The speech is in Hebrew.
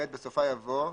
בסופה יבוא: